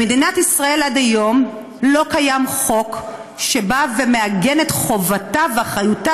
במדינת ישראל עד היום לא קיים חוק שמעגן את חובתה ואחריותה